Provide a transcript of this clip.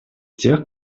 тех